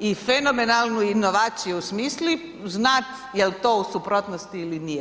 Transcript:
i fenomenalnu inovaciju osmisli znati je li to u suprotnosti ili nije.